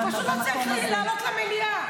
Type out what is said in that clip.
אבל לא הכול בידיי בבית הזה.